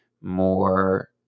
more